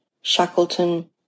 Shackleton